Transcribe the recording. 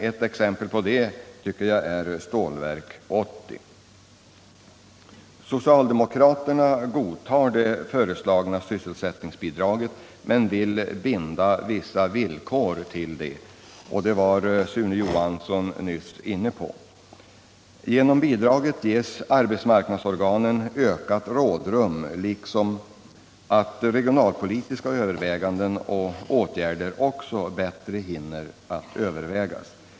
Ett exempel på det tycker jag är Stålverk 80. Socialdemokraterna godtar det föreslagna sysselsättningsbidraget men vill binda vissa villkor till det. Detta var Sune Johansson nyss inne på. Genom bidraget ges arbetsmarknadsorganen ökat rådrum, och regionalpolitiska åtgärder hinner också bättre övervägas.